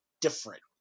different